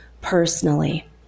personally